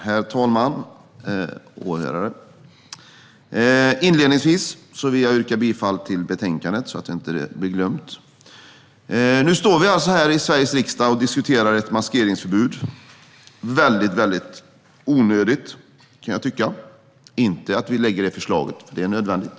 Herr talman, åhörare! Inledningsvis yrkar jag bifall till utskottets förslag i betänkandet, så att det inte blir glömt. Nu står vi här i Sveriges riksdag och diskuterar ett maskeringsförbud. Jag kan tycka att det är väldigt onödigt. Jag menar inte det att vi lägger fram förslaget, för det är nödvändigt.